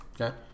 Okay